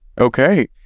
okay